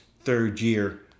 third-year